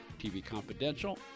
tvconfidential